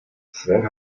sven